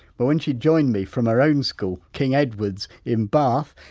but when she joined me from her own school king edwards in bath,